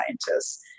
scientists